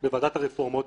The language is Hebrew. פנינו אליכם.